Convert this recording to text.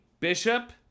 Bishop